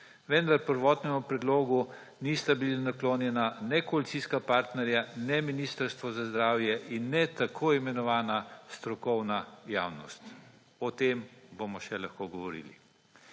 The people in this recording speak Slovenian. vendar prvotnemu predlogu nista bila naklonjena ne koalicijska partnerja ne Ministrstvo za zdravje in ne tako imenovana strokovna javnost. O tem bomo še lahko govorili.